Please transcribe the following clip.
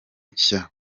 nshya